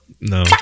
No